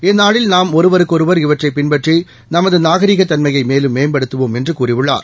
இந்நாளில் நாம் ஒருவருக்கொருவா் இவற்றை பின்பற்றி நமது நாகரிக தன்மையை மேலும் மேம்படுத்துவோம் என்று கூறியுள்ளார்